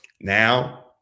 Now